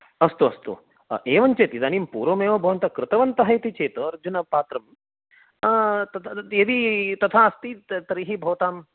अस्तु अस्तु एवं चेत् इदानिं पूर्वमेव भवन्तः कृतवन्तः इति चेत् अर्जुनपात्रं यदि तथा अस्ति तर्हि भवतां